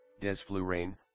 desflurane